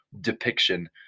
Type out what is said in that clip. depiction